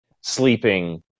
sleeping